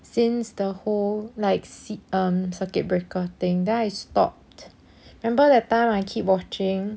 since the whole like se~ um circuit breaker thing then I stopped remember that time I keep watching